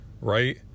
right